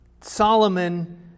Solomon